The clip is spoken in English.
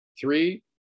Three